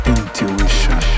Intuition